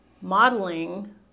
modeling